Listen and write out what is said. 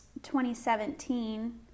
2017